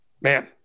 Man